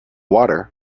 water